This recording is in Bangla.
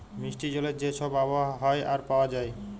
মিষ্টি জলের যে ছব আবহাওয়া হ্যয় আর পাউয়া যায়